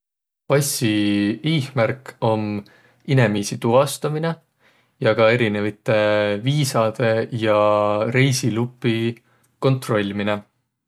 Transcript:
Passi iihmärk om inemiisi tuvastaminõ ja ka erinevide viisadõ ja reisilupõ kontrolminõ.